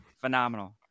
phenomenal